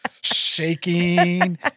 shaking